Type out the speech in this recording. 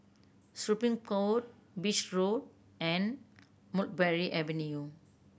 Supreme Court Beach Road and Mulberry Avenue